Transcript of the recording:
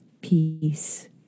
peace